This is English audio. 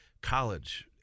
college